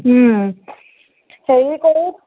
হেৰি কৰোঁ